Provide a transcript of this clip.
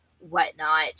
whatnot